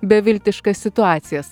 beviltiškas situacijas